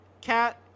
Cat